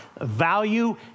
value